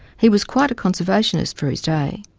he was quite a conservationist for his day.